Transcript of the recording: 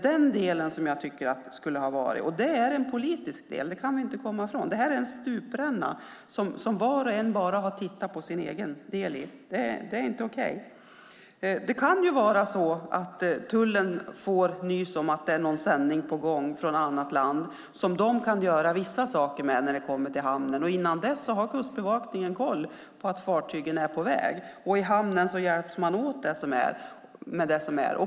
Det är en politisk del. Det kan vi inte komma ifrån. Det här är en stupränna där var och en har tittat på sin egen del. Det är inte okej. Tullen kan få nys om en sändning från ett annat land som de kan göra vissa saker med när sändningen kommer till hamnen. Innan dess har Kustbevakningen koll på vart fartygen är på väg. I hamnen hjälps man åt.